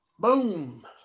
Boom